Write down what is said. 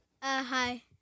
Hi